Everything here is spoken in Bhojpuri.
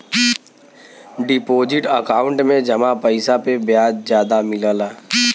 डिपोजिट अकांउट में जमा पइसा पे ब्याज जादा मिलला